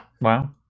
Wow